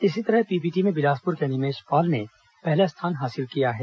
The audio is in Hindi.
इसी तरह पीपीटी में बिलासपुर के अनिमेश पाल ने प्रथम स्थान हासिल किया है